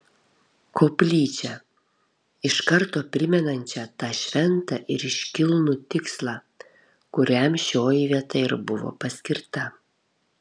koplyčią iš karto primenančią tą šventą ir iškilnų tikslą kuriam šioji vieta ir buvo paskirta